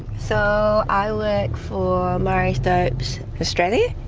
so i work for marie stopes australia,